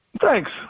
Thanks